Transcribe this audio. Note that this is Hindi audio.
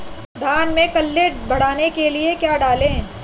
धान में कल्ले बढ़ाने के लिए क्या डालें?